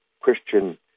Christian